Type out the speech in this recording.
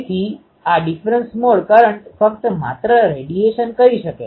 તેથી આ differential mode current ફક્ત માત્ર રેડીએશન કરી શકે છે